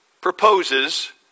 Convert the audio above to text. proposes